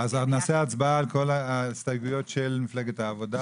אז נעשה הצבעה על כל ההסתייגויות של מפלגת העבודה,